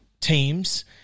teams